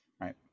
right